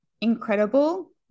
incredible